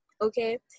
okay